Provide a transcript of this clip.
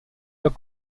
pas